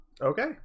Okay